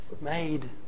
Made